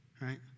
right